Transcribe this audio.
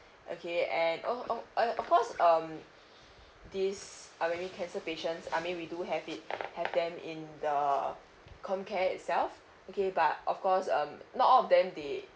okay and oh oh uh of course um this are mainly cancer patient I mean we do have it have them in the com care itself okay but of course um not all of them they